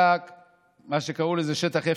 היה שטח הפקר,